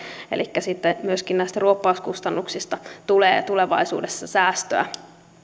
elikkä sitten myöskin näistä ruoppauskustannuksista tulee tulevaisuudessa säästöä